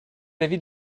l’avis